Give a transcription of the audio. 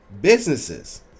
Businesses